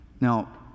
Now